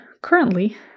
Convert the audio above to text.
currently